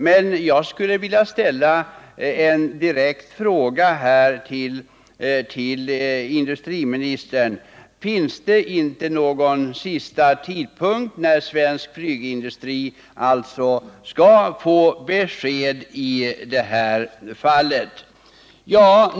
Men jag skulle vilja ställa en direkt fråga till industriministern: Finns det inte någon sista tidpunkt när svensk flygindustri skall få besked i detta fall?